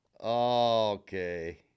Okay